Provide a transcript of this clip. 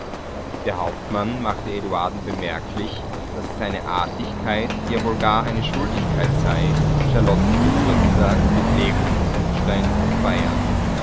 der hauptmann machte eduarden bemerklich daß es eine artigkeit ja wohl gar eine schuldigkeit sei charlottens geburtstag durch legung des grundsteins zu feiern